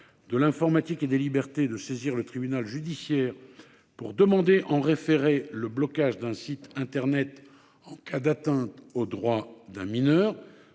de l'informatique et des libertés (Cnil) de saisir le tribunal judiciaire pour demander en référé le blocage d'un site internet en cas d'atteinte aux droits d'un mineur.